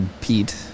Pete